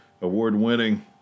award-winning